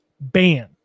ban